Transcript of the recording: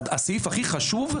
הסעיף הכי חשוב,